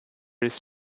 his